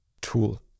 tool